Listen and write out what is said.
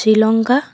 Sri Lanka